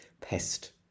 pest